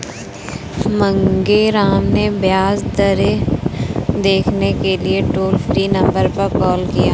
मांगेराम ने ब्याज दरें देखने के लिए टोल फ्री नंबर पर कॉल किया